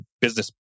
business